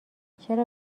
چرا